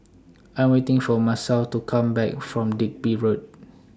I Am waiting For Masao to Come Back from Digby Road